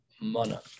Mana